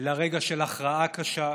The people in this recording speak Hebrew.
אלא רגע של הכרעה קשה,